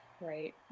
Right